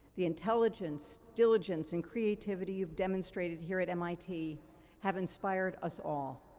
the intelligence, diligence, and creativity you've demonstrated here at mit have inspired us all.